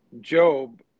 Job